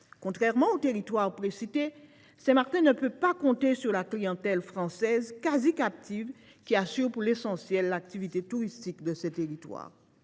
Contrairement aux territoires précités, Saint Martin ne peut pas compter sur la clientèle française, quasi captive, qui assure pour l’essentiel l’activité touristique de ces territoires.